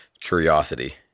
curiosity